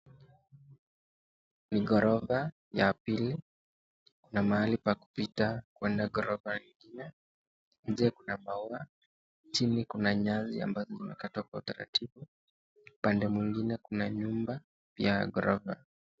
Ni ghorofa ya pili , kuna mahali pa kipita kuenda ghorofa ingine njee kuna maua chini kuna nyasi ambayo imekatwa kwa taratibu upanda ingine kuna nyumba ya ghorofa.